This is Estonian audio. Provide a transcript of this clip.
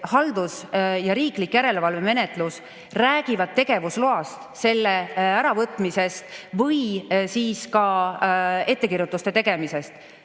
ja riikliku järelevalve menetlus räägivad tegevusloast, selle äravõtmisest või ka ettekirjutuste tegemisest.